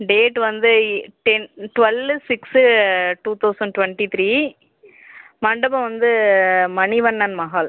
date வந்து ten twelve six two thousand twenty three மண்டபம் வந்து மணிவண்ணன் மஹால்